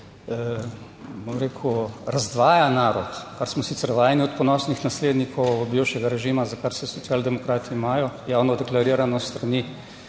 razdvaja narod, kar smo sicer vajeni od ponosnih naslednikov bivšega režima, za kar se socialdemokrati imajo javno deklarirano s strani